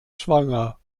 schwanger